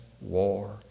war